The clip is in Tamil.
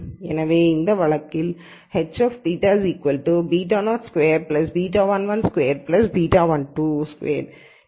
எனவே இந்த வழக்கில் h θ β02 β112β122